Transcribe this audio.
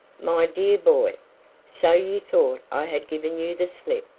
my dear boy so you thought i had given you the slip,